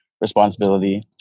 responsibility